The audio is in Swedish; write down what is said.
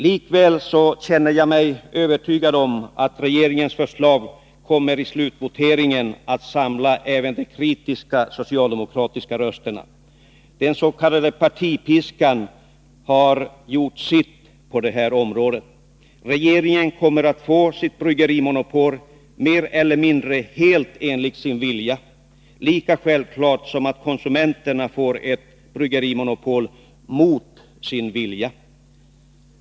Likväl känner jag mig övertygad om att regeringens förslag i slutvoteringen kommer att samla även de kritiska socialdemokratiska rösterna. Den s.k. partipiskan har gjort sitt på detta område. Regeringen kommer att få sitt bryggerimonopol i det närmaste helt enligt sin vilja, lika självklart som att konsumenterna får ett bryggerimonopol mot sin vilja.